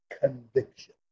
conviction